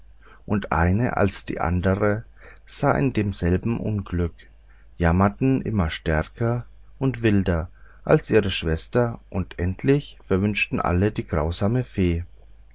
und eine als sie die andre sah in demselben unglück jammerte immer stärker und wilder als ihre schwester und endlich verwünschten alle die grausame fee